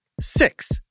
six